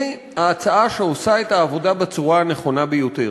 היא ההצעה שעושה את העבודה בצורה הנכונה ביותר.